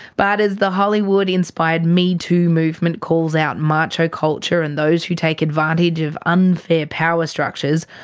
but as the hollywood-inspired me too movement calls out macho culture and those who take advantage of unfair power structures,